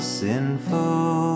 sinful